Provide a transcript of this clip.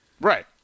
Right